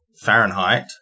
Fahrenheit